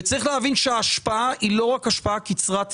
יש להבין שההשפעה אינה רק קצרת טווח.